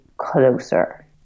closer